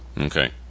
Okay